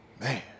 man